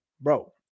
bro